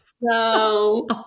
No